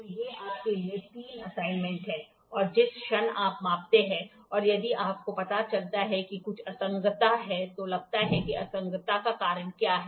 तो ये आपके लिए तीन असाइनमेंट हैं और जिस क्षण आप मापते हैं और यदि आपको पता चलता है कि कुछ असंगतता है तो लगता है कि असंगतता का कारण क्या है